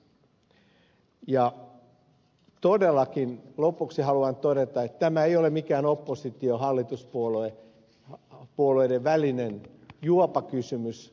lopuksi todellakin haluan todeta että tämä ei ole mikään opposition ja hallituspuolueiden välinen juopakysymys